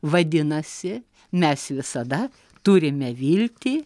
vadinasi mes visada turime viltį